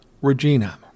Regina